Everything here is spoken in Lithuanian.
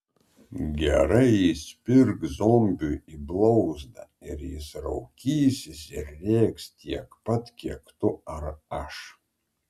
gerai įspirk zombiui į blauzdą ir jis raukysis ir rėks tiek pat kiek tu ar aš